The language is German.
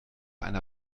einer